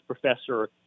professor